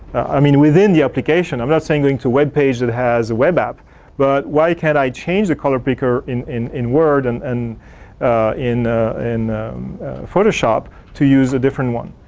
i mean within the application, i'm not saying going to web page that has a web app but why can't i change the color picker in in word and and in in photoshop to use a different one?